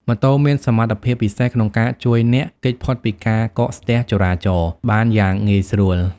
ម៉ូតូមានសមត្ថភាពពិសេសក្នុងការជួយអ្នក គេចផុតពីការកកស្ទះចរាចរណ៍ បានយ៉ាងងាយស្រួល។